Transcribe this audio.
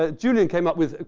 ah julian came up with.